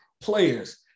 players